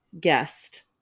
Guest